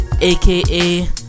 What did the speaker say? aka